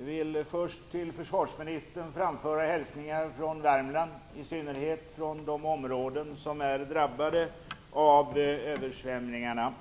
vill först till försvarsministern framföra hälsningar från Värmland, i synnerhet från de områden som är drabbade av översvämningarna.